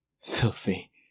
filthy